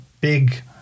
big